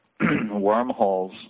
wormholes